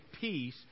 peace